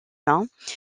mains